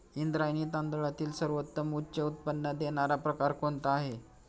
इंद्रायणी तांदळातील सर्वोत्तम उच्च उत्पन्न देणारा प्रकार कोणता आहे?